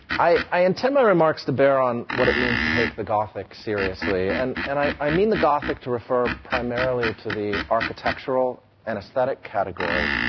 i intend my remarks to bear on what it means to take the gothic seriously, and and i i mean the gothic to refer primarily to the architectural and aesthetic category,